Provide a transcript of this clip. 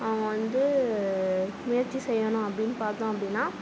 அவங்க வந்து முயற்சி செய்யணும் அப்படின்னு பார்த்தோம் அப்படின்னா